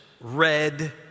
red